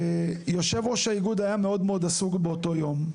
ויושב ראש האיגוד היה מאוד מאוד עסוק באותו יום.